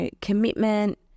commitment